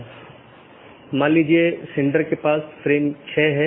update message मूल रूप से BGP साथियों के बीच से रूटिंग जानकारी है